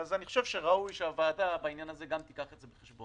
אני חושב שראוי שהוועדה בעניין הזה גם תיקח את זה בחשבון,